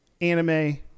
anime